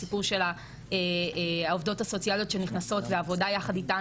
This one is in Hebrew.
הסיפור של העובדות הסוציאליות שנכנסות לעבודה יחד איתן,